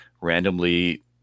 randomly